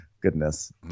goodness